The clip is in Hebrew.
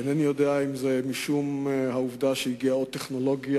אינני יודע אם זה משום העובדה שהגיעה עוד טכנולוגיה